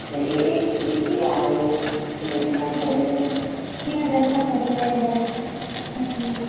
चलिए देखिए आ ये ये इतना ही पड़ेगा तीन हज़ार का पड़ेगा ये वाला नथनी